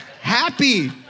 happy